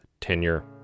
tenure